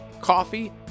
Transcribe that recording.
coffee